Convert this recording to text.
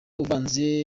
uvanze